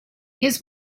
his